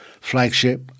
flagship